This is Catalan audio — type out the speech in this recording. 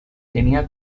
tenia